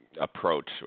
Approach